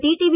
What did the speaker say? TTV